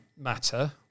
matter